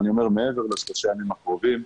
מעבר לשלושה הימים הקרובים,